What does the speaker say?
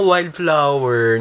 Wildflower